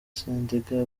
sendege